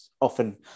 often